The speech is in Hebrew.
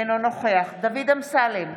אינו נוכח דוד אמסלם,